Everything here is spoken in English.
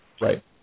right